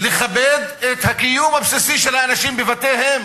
לכבד את הקיום הבסיסי של האנשים בבתיהם,